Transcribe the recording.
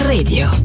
Radio